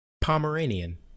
Pomeranian